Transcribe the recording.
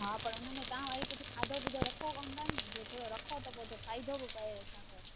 हा पर उनमें तव्हां वरी कुझु खाधो पीतो रखो कोन था नि